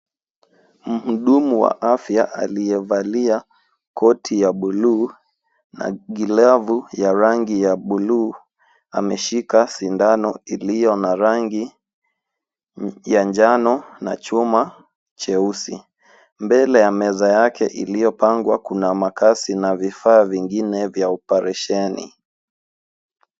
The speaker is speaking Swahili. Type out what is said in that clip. Mhudumu wa afya aliyevalia koti ya buluu na glavu ya rangi ya bluu, ameshika sindano iliyo na rangi ya njano na chuma cheusi. Mbele ya meza yake iliyopangwa, kuna makasi na vifaa vingine vya operesheni.